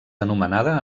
anomenada